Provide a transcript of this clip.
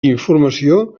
informació